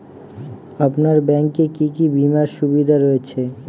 আপনার ব্যাংকে কি কি বিমার সুবিধা রয়েছে?